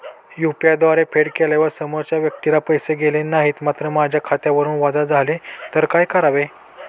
UPI द्वारे फेड केल्यावर समोरच्या व्यक्तीला पैसे गेले नाहीत मात्र माझ्या खात्यावरून वजा झाले तर काय करावे?